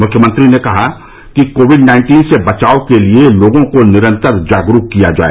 मुख्यमंत्री ने कहा कि कोविड नाइन्टीन से बचाव के लिए लोगों को निरन्तर जागरूक किया जाए